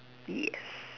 yes